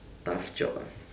tough job ah